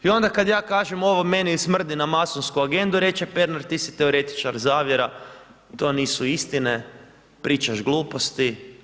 I onda kad ja kažem ovom, meni smrdi na masonsku agendu, reći će Pernar ti si teoretičar zavjera, to nisu istine, pričaš gluposti.